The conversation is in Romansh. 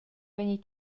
vegnir